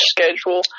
schedule